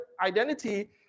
identity